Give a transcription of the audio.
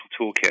toolkit